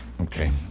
Okay